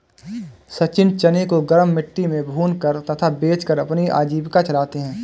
सचिन चने को गरम मिट्टी में भूनकर तथा बेचकर अपनी आजीविका चलाते हैं